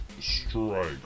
strike